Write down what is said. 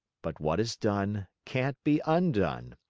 but what is done can't be undone!